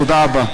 תודה רבה.